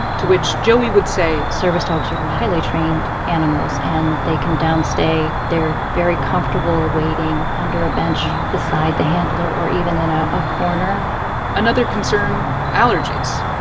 to which joey would say. service dogs are highly trained animals, and they can down-stay. they're very comfortable waiting under a bench beside the handler or even in ah a corner another concern allergies,